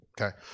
Okay